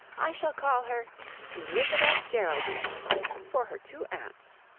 i shall call her elizabeth geraldine for her two aunts.